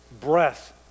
breath